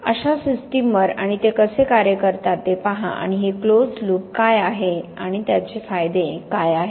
अशा सिस्टमंवर आणि ते कसे कार्य करतात ते पहा आणि हे क्लोज्ड लूप काय आहे आणि त्याचे फायदे काय आहेत